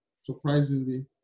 Surprisingly